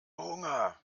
hunger